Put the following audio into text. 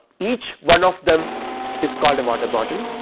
each one of them is called a water bottle,